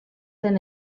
zen